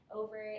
over